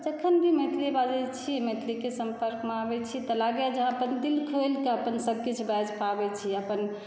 तऽ जखन भी मैथिली बाजैत छी मैथिलीके सम्पर्कमे आबैत छी तऽ लागैए जे हम अपन दिल खोलिके अपन सभकिछु बाजि पाबैत छी अपन